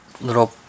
little